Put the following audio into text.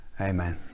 Amen